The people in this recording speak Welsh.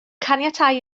caniatáu